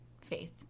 faith